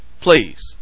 please